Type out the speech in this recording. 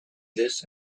this